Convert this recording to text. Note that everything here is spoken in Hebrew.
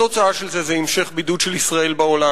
התוצאה של זה היא המשך בידוד של ישראל בעולם.